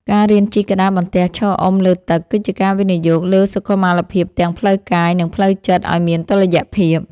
ការរៀនជិះក្តារបន្ទះឈរអុំលើទឹក គឺជាការវិនិយោគលើសុខុមាលភាពទាំងផ្លូវកាយ និងផ្លូវចិត្តឱ្យមានតុល្យភាព។